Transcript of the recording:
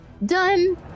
Done